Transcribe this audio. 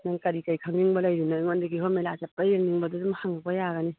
ꯅꯪ ꯀꯔꯤ ꯀꯔꯤ ꯈꯪꯅꯤꯡꯕ ꯂꯩꯔꯤꯕꯅꯣ ꯑꯩꯉꯣꯟꯗꯒꯤ ꯀꯤꯍꯣꯝ ꯃꯦꯂꯥ ꯆꯠꯄ ꯌꯦꯡꯅꯤꯡꯕꯗꯨ ꯑꯗꯨꯝ ꯍꯪꯉꯛꯄ ꯌꯥꯒꯅꯤ